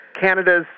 Canada's